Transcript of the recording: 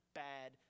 bad